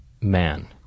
man